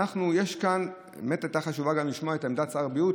היה חשוב לשמוע את עמדת משרד הבריאות,